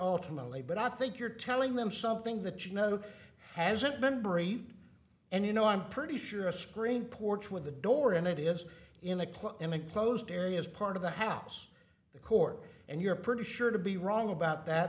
alternately but i think you're telling them something that you know hasn't been bereaved and you know i'm pretty sure a screen porch with a door in it is in a club in a closed area as part of the house the court and you're pretty sure to be wrong about that